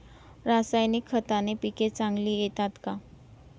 रासायनिक खताने पिके चांगली येतात का?